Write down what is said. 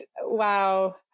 Wow